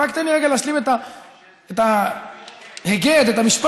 אבל רק תן לי רגע להשלים את ההיגד, את המשפט.